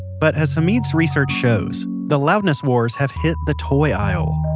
but as hamid's research shows, the loudness wars have hit the toy aisle.